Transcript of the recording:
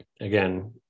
again